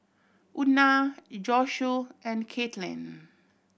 Una Josue and Kaitlin